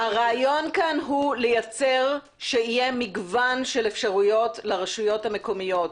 הרעיון הוא לייצר שיהיה מגוון אפשרויות לרשויות המקומיות.